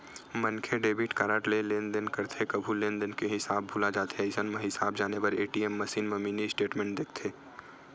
मनखे debit card ले लेनदेन करथे कभू लेनदेन के हिसाब भूला जाथे अइसन म हिसाब जाने बर ए.टी.एम मसीन म मिनी स्टेटमेंट देखथे